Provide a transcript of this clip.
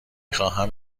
خواهم